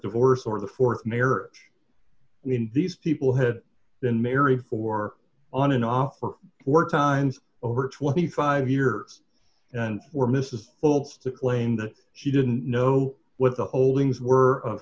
divorce or the th marriage i mean these people had been married for on and off for four times over twenty five years and were mrs pope's the claim that she didn't know what the holdings were of